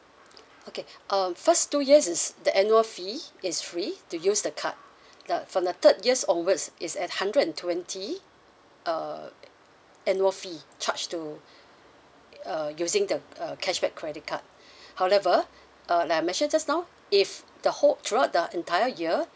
okay um first two years is the annual fee is free to use the card the from the third years onwards is at hundred and twenty uh annual fee charge to uh using the uh cashback credit card however uh like I mentioned just now if the whole throughout the entire year